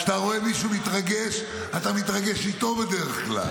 כשאתה רואה מישהו מתרגש אתה מתרגש איתו, בדרך כלל.